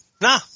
Nah